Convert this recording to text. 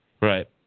Right